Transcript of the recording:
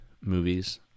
movies